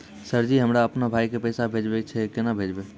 Sir ji हमरा अपनो भाई के पैसा भेजबे के छै, केना भेजबे?